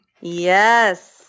Yes